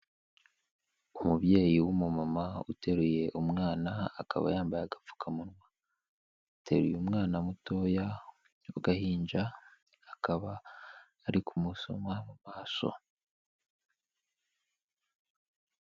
Umubyeyi w'umumama uteruye umwana, akaba yambaye agapfukamunwa, ateruye umwana mutoya wagahinja akaba ari kumusoma mu maso.